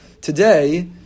Today